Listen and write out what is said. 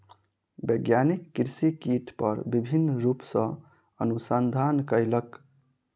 वैज्ञानिक कृषि कीट पर विभिन्न रूप सॅ अनुसंधान कयलक